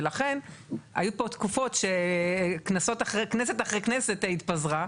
ולכן היו פה תקופות שכנסת אחרי כנסת התפזרה,